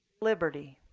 liberty,